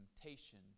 temptation